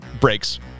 breaks